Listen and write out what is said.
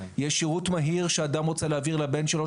יש שירות מהיר לאדם שרוצה להעביר 500 דולר לבן שלו,